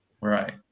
Right